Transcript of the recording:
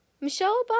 Michelle